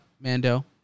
Mando